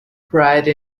pride